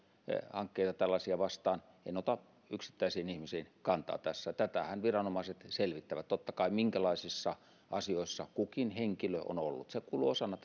hankkeita tällaisia vastaan en ota yksittäisiin ihmisiin kantaa tässä tätähän viranomaiset selvittävät totta kai se minkälaisissa asioissa kukin henkilö on ollut kuuluu osana